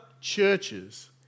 churches